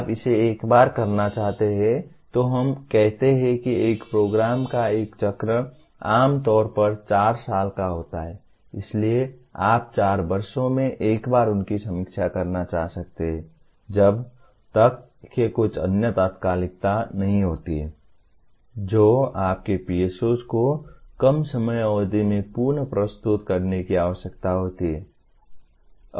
आप इसे एक बार करना चाहते हैं तो हम कहते हैं कि एक प्रोग्राम का एक चक्र आम तौर पर चार साल का होता है इसलिए आप 4 वर्षों में एक बार उनकी समीक्षा करना चाह सकते हैं जब तक कि कुछ अन्य तात्कालिकता नहीं होती है जो आपके PSOs को कम समय अवधि में पुन प्रस्तुत करने की आवश्यकता होती है